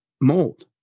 mold